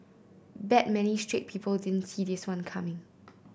bet many straight people didn't see this one coming